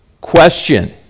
Question